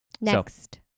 next